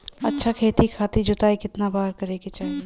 अच्छा खेती खातिर जोताई कितना बार करे के चाही?